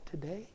today